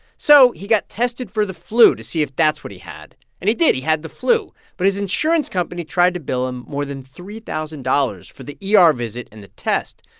so he got tested for the flu to see if that's what he had, and he did. he had the flu. but his insurance company tried to bill him more than three thousand dollars for the yeah ah er visit and the test.